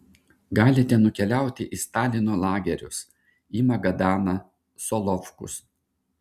galite nukeliauti į stalino lagerius į magadaną solovkus